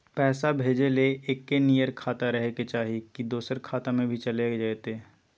पैसा भेजे ले एके नियर खाता रहे के चाही की दोसर खाता में भी चलेगा जयते?